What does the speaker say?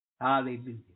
Hallelujah